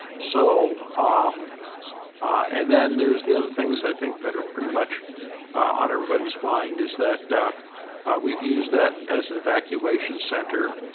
so um and then there's the other things i think that are pretty much on everybody's mind is that we've used that as an evacuation center.